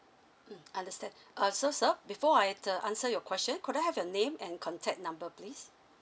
mm understand uh so sir before I t~ answer your question could I have your name and contact number please